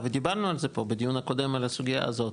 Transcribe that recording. - ודיברנו על זה פה בדיון הקודם על הסוגיה הזאת